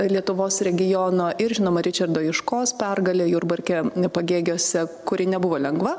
lietuvos regiono ir žinoma ričardo juškos pergalė jurbarke pagėgiuose kuri nebuvo lengva